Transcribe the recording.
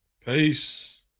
Peace